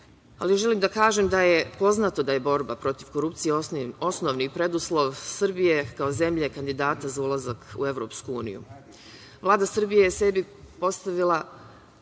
ali želim da kažem da je poznato da je borba protiv korupcije osnovni preduslov Srbije kao zemlje kandidata za ulazak u EU.Vlada Srbije je sebi postavila